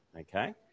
Okay